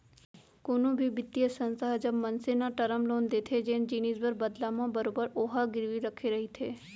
कोनो भी बित्तीय संस्था ह जब मनसे न टरम लोन देथे जेन जिनिस बर बदला म बरोबर ओहा गिरवी रखे रहिथे